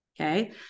Okay